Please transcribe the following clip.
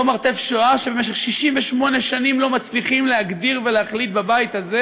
אותו "מרתף השואה" שבמשך 68 שנים לא מצליחים להגדיר ולהחליט בבית הזה